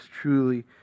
truly